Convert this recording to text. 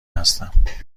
هستم